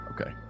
Okay